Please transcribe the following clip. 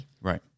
Right